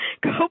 go